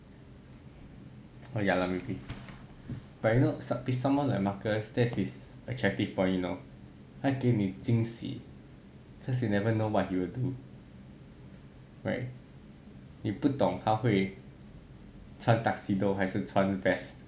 oh ya lah maybe but you know with someone like marcus that is his attractive point you know 他给你惊喜 cause you never know what he will do right 你不懂他会穿 tuxedo 还是穿 vest